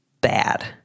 bad